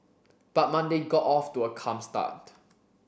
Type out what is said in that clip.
but Monday got off to a calm start